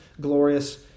glorious